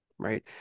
right